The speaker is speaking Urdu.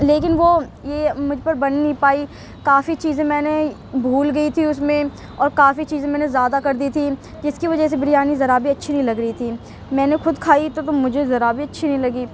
لیکن وہ یہ مجھ پر بن نہیں پائی کافی چیزیں میں نے بھول گئی تھی اس میں اور کافی چیزیں میں نے زیادہ کر دی تھی جس کی وجہ سے بریانی ذرا بھی اچّھی نہیں لگ رہی تھی میں نے خود کھائی تو تو مجھے ذرا بھی اچّھی نہیں لگی